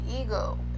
ego